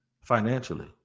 financially